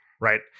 right